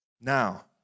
Now